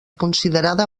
considerada